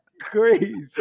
crazy